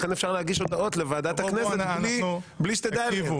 לכן אפשר להגיש הודעות לוועדת הכנסת בלי שתדע את זה.